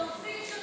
דורסים שוטר,